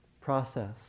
process